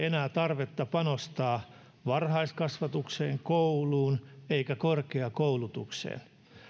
enää tarvetta panostaa varhaiskasvatukseen kouluun eikä korkeakoulutukseen